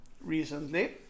recently